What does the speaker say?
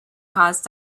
cause